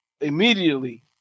immediately